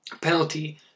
penalty